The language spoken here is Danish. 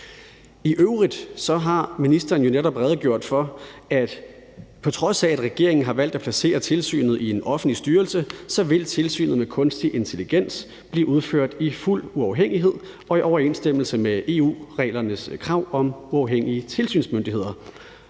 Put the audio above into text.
for, at tilsynet med kunstig intelligens, på trods af at regeringen har valgt at placere det i en offentlig styrelse, så vil blev udført i fuld uafhængighed og i overensstemmelse med EU-reglernes krav om uafhængige tilsynsmyndigheder,